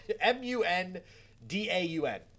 m-u-n-d-a-u-n